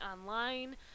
online